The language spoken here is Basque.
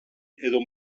edo